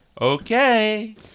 Okay